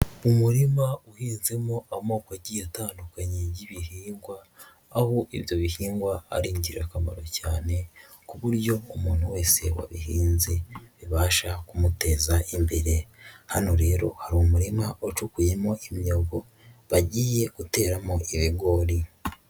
Umurima uhinzemo amoko agiye atandukanye y'ibihingwa, aho ibyo bihingwa ari ingirakamaro cyane ku buryo umuntu wese wabihinze bibasha kumuteza imbere, hano rero hari umurima ucukuyemo imyobo bagiye guteramo ibigori.